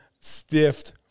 stiffed